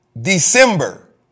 December